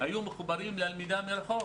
היו מחוברים ללמידה מרחוק.